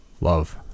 love